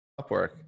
Upwork